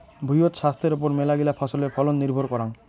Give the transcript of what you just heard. ভুঁইয়ত ছাস্থের ওপর মেলাগিলা ফছলের ফলন নির্ভর করাং